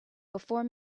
before